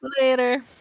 Later